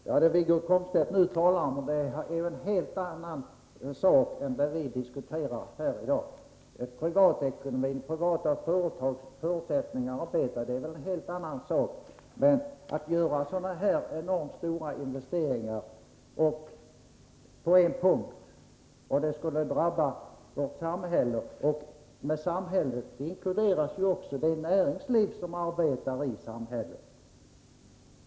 Herr talman! Det Wiggo Komstedt nu talar om är någonting helt annat än den fråga vi debatterar här i dag. Privatekonomin och de privata företagens förutsättningar att arbeta har väl ingenting med det här att göra. Sådana här enormt stora investeringar skulle drabba hela vårt samhälle. Samhället inkluderar ju också det näringsliv som verkar inom samhället.